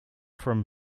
from